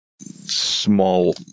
small